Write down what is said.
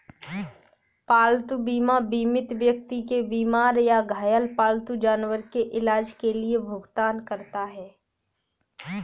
पालतू बीमा बीमित व्यक्ति के बीमार या घायल पालतू जानवर के इलाज के लिए भुगतान करता है